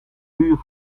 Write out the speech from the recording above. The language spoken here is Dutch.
duur